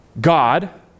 God